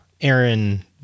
Aaron